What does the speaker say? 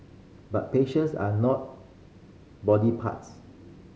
but patients are not body parts